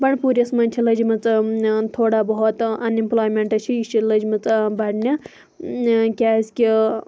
بَنڈپوٗرِس مَنٛز چھِ لٔجمٕژ تھوڑا بہت اَن ایٚمپلایمیٚنٹ چھِ یہِ چھِ لٔجمٕژ بَڑنہِ کیازکہِ